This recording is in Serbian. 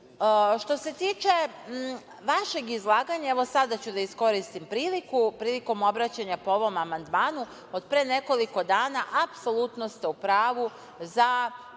se tiče vašeg izlaganja, sada ću da iskoristim priliku, prilikom obraćanja po ovom amandmanu, od pre nekoliko dana, apsolutno ste u pravu za